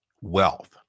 wealth